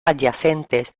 adyacentes